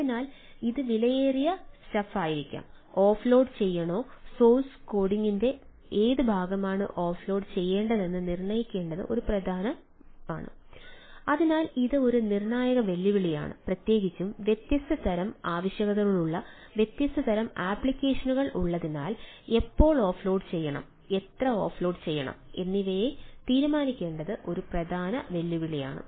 അതിനാൽ ഇത് വിലയേറിയ സ്റ്റഫ് ആയിരിക്കാം ഓഫ്ലോഡ് ചെയ്യണം തുടങ്ങിയവ തീരുമാനിക്കേണ്ടത് ഒരു പ്രധാന വെല്ലുവിളിയാണ്